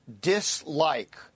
dislike